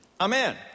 Amen